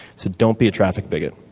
so don't be a traffic bigot.